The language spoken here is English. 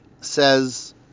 says